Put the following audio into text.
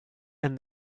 and